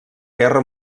guerra